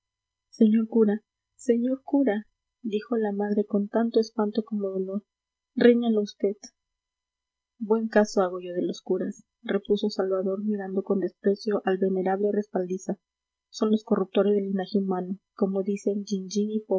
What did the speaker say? señor cura señor cura dijo la madre con tanto espanto como dolor ríñalo vd buen caso hago yo de los curas repuso salvador mirando con desprecio al venerable respaldiza son los corruptores del linaje humano como dicen